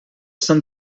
s’han